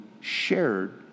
shared